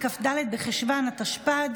התשפ"ד